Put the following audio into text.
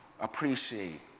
Appreciate